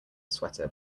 sweater